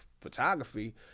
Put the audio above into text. photography